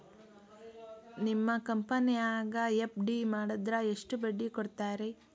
ನಿಮ್ಮ ಕಂಪನ್ಯಾಗ ಎಫ್.ಡಿ ಮಾಡಿದ್ರ ಎಷ್ಟು ಬಡ್ಡಿ ಕೊಡ್ತೇರಿ?